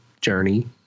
Journey